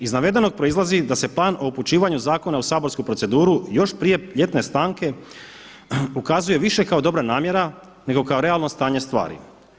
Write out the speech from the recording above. Iz navedenog proizlazi da se plan o upućivanju zakona u saborsku proceduru još prije ljetne stanke ukazuje više kao dobra namjera nego kao realno stanje stvari.